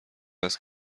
است